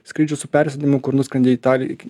skrydžius su persėdimu kur nuskrendi į italiją